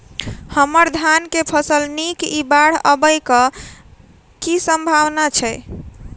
हम्मर धान केँ फसल नीक इ बाढ़ आबै कऽ की सम्भावना छै?